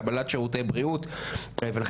קבלת שירותי בריאות וכולי.